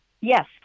Yes